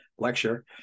lecture